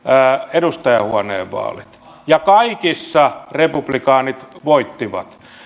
edustajainhuoneen vaalit ja kaikissa republikaanit voittivat